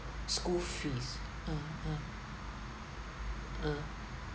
school fees uh uh uh